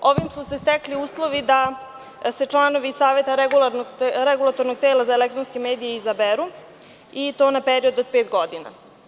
Ovim su se stekli uslovi da se članovi Saveta Regulatornog tela za elektronske medije izaberu i to na period od pet godina.